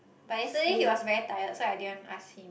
but yesterday he was very tired so I didn't ask him